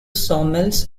sawmills